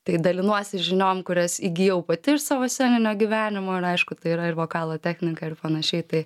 tai dalinuosi žiniom kurias įgijau pati iš savo sceninio gyvenimo ir aišku tai yra ir vokalo technika ir panašiai tai